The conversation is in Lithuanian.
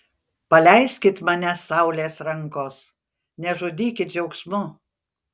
paleiskit mane saulės rankos nežudykit džiaugsmu